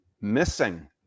Missing